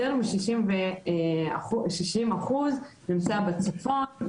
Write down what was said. יותר מ- 60% נמצא בצפון,